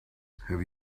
have